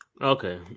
Okay